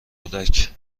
اردک